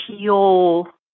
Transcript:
pure